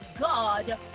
God